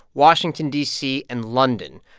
washington, d c, and london.